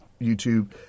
YouTube